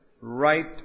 Right